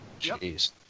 Jeez